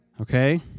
Okay